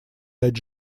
дать